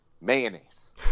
mayonnaise